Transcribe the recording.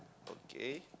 okay